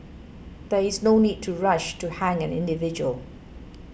there is no need to rush to hang an individual